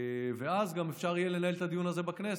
אז גם אפשר יהיה לנהל את הדיון הזה בכנסת,